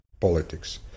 politics